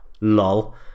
Lol